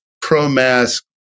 pro-mask